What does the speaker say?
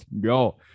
go